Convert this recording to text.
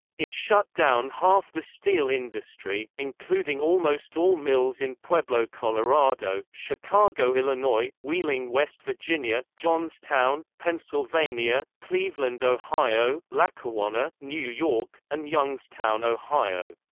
it shut down half the steel industry, including almost all mills in pueblo, colorado chicago, illinois wheeling, west virginia johnstown, pennsylvania cleveland, ohio lackawanna, new york and youngstown, ohio.